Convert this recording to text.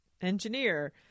engineer